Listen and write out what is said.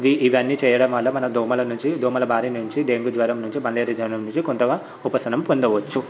ఇవన్నీ చేయడం వల్ల మనం దోమల నుంచి దోమల బారి నుంచి డెంగ్యూ జ్వరం నుంచి మలేరియా జ్వరం నుంచి కొంతగా ఉపశనం పొందవచ్చు